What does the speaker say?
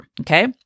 okay